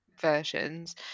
versions